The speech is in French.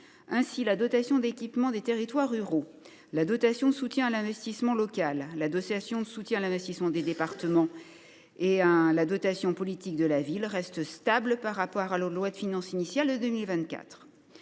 Ainsi, la dotation d’équipement des territoires ruraux (DETR), la dotation de soutien à l’investissement local (DSIL), la dotation de soutien à l’investissement des départements (DSID) et la dotation politique de la ville (DPV) restent stables par rapport à la loi de finances initiale pour 2024